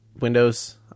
Windows